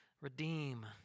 redeem